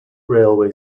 railway